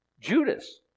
Judas